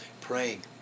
praying